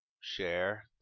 share